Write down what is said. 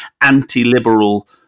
anti-liberal